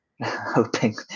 hoping